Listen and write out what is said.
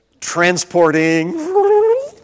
Transporting